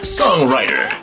songwriter